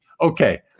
Okay